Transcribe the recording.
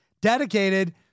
dedicated